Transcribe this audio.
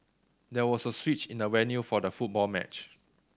there was a switch in the venue for the football match